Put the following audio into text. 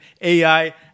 AI